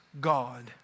God